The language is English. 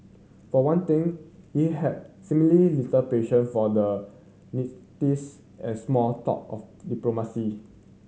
for one thing he had seemingly little patience for the niceties and small talk of diplomacy